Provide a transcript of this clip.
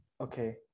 okay